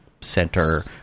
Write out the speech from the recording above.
center